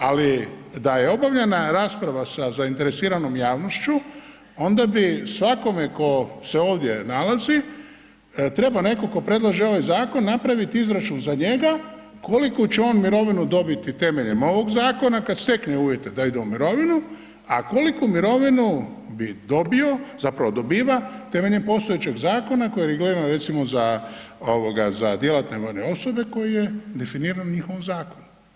Ali, da je obavljena rasprava sa zainteresiranom javnošću, onda bi svakome tko se ovdje nalazi trebao netko tko predlaže ovaj zakon napraviti izračun za njega koliku će on mirovinu dobiti temeljem ovog zakona, kad stekne uvjete da ide u mirovinu, a koliku mirovinu bi dobio, zapravo dobiva temeljem postojećeg zakona kojeg gledam, recimo za djelatne vojne osobe koje je definirano u njihovom zakonu.